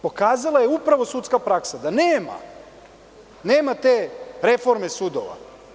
Pokazala je upravo sudska praksa da nema te reforme sudova.